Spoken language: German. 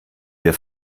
ihr